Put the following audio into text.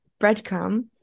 breadcrumb